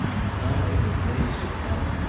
and hanaud had raised her up.